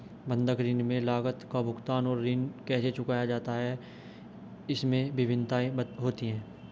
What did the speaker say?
बंधक ऋण में लागत का भुगतान और ऋण कैसे चुकाया जाता है, इसमें भिन्नताएं होती हैं